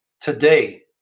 today